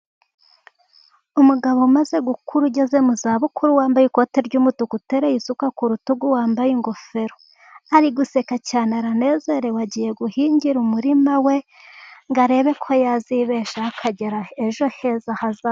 Umugabo umaze gukura ugeze mu za bukuru wambaye ikote ry'umutuku utereye isuka ku rutugu wambaye ingofero .Ari guseka cyane aranezerewe ,agiye guhingira umurima we ngo arebe ko yazibeshaho , akagira ejo heza hazaza.